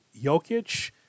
Jokic